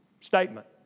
statement